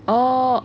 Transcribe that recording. oh